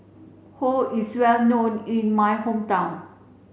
Pho is well known in my hometown